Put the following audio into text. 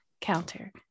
Counter